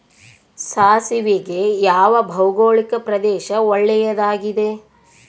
ಸಾಸಿವೆಗೆ ಯಾವ ಭೌಗೋಳಿಕ ಪ್ರದೇಶ ಒಳ್ಳೆಯದಾಗಿದೆ?